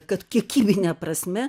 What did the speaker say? kad kiekybine prasme